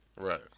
Right